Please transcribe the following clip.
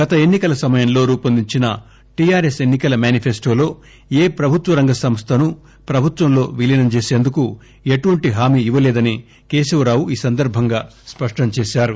గత ఎన్ని కల సమయంలో రూపొందించిన టీఆర్ఎస్ ఎన్సి కల మేనిఫెస్టోలో ఏ ప్రభుత్వరంగ సంస్టను ప్రభుత్వంలో విలీనం చేసేందుకు ఎటువంటి హామీ ఇవ్వలేదని కేశవరావు ఈ సందర్బంగా స్పష్టం చేశారు